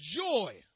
joy